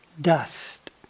dust